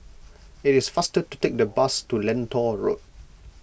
it is faster to take the bus to Lentor Road